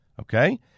Okay